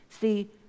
See